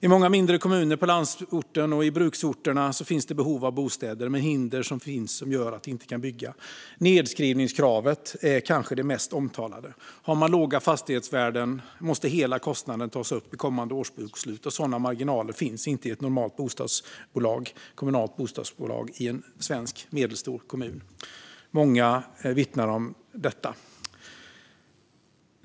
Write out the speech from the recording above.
I många mindre kommuner i landsorten och i bruksorterna finns det behov av bostäder, men hinder finns som gör att de inte kan bygga. Nedskrivningskravet är kanske det mest omtalade. Har man låga fastighetsvärden måste hela kostnaden tas upp i kommande årsbokslut, och sådana marginaler finns inte i ett normalt kommunalt bostadsbolag i en svensk medelstor kommun. Många vittnar om detta.